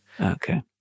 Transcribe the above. Okay